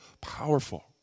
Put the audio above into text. powerful